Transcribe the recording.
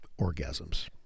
orgasms